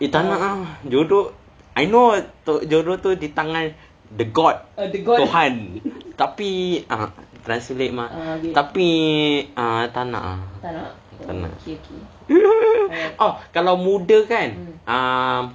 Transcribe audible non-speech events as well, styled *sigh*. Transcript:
eh tak nak lah jodoh I know jodoh tu di tangan the god tuhan tapi ah translate mah tapi tak nak ah tak nak *laughs* ah kalau muda kan uh